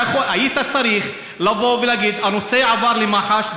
היית צריך לבוא ולהגיד: הנושא עבר למח"ש,